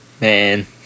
Man